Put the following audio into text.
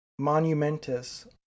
monumentous